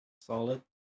Solid